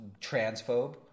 transphobe